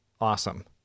awesome